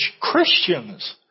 Christians